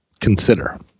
consider